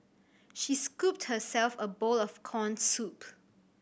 she scooped herself a bowl of corn soup